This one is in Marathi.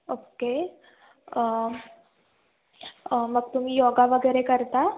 ओके मग तुम्ही योग वगैरे करता